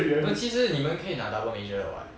no 其实你们可以拿 double major 的 [what]